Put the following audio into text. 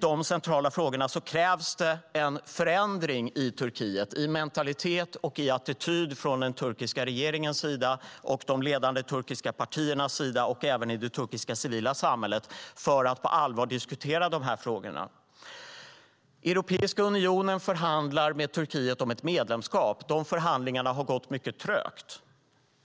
Det krävs en förändring i Turkiet, i mentalitet och i attityd från den turkiska regeringens sida, de ledande turkiska partiernas sida och även från det turkiska civila samhällets sida, för att på allvar diskutera dessa centrala frågor. Europeiska unionen förhandlar med Turkiet om ett medlemskap. De förhandlingarna har gått trögt.